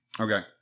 Okay